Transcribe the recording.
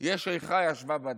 יש "איכה ישבה בדד".